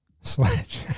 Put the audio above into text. Sledge